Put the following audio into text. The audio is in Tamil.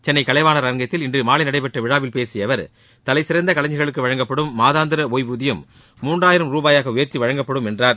சென்னை கலைவாணர் அரங்கத்தில் இன்று மாலை நடைபெற்ற விழாவில் பேசிய அவர் தலைசிறந்த கலைஞர்களுக்கு வழங்கப்படும் மாதாந்திர ஒய்வூதியம் மூன்றாயிரம் ரூபாயாக உயர்த்தி வழங்கப்படும் என்றார்